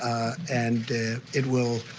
and it will